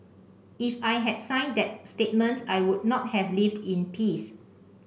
if I had signed that statement I would not have lived in peace